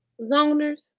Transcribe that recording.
Zoners